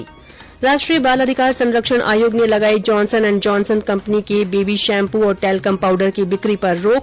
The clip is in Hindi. ्राष्ट्रीय बाल अधिकार संरक्षण आयोग ने लगाई जॉनसन एण्ड जॉनसन कम्पनी के बेबी शैम्पू और टेलकम पाउडर की बिक्री पर रोक